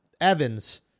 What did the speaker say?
evans